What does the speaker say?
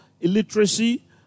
illiteracy